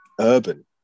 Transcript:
urban